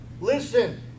Listen